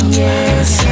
yes